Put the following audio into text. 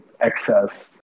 excess